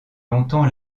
longtemps